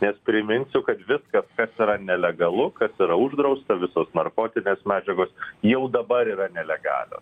nes priminsiu kad viskas kas yra nelegalu kas yra uždrausta visos narkotinės medžiagos jau dabar yra nelegalio